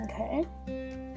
Okay